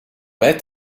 read